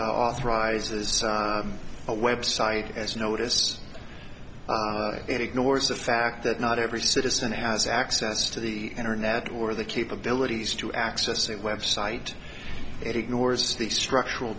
authorizes a website as notice it ignores the fact that not every citizen has access to the internet or the capabilities to access a website it ignores the structural